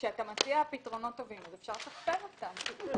כשאתה מציע פתרונות טובים, אפשר לשכפל אותם.